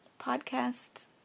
podcasts